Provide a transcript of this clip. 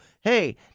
hey